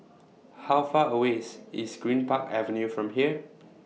How Far away IS IS Greenpark Avenue from here